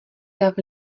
dav